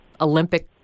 Olympic